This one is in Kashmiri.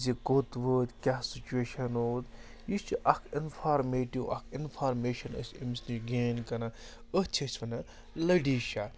زِ کوٚت وٲتۍ کیٛاہ سُچویشَن ووت یہِ چھِ اَکھ اِنفارمیٹِو اَکھ اِنفارمیشَن أسۍ أمِس نِش گین کَران أتھۍ چھِ أسۍ وَنان لٔڈِشاہ